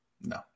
No